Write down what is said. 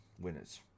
winners